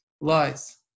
lies